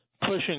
pushing